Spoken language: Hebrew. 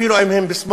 אפילו אם הם בשמאל,